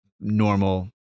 Normal